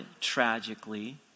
tragically